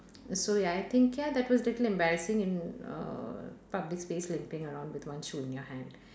so ya I think ya that was a little embarrassing in uh public space limping around with one shoe in your hand